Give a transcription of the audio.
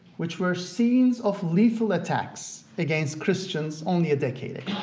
which were scenes of lethal attacks against christians only a decade ago.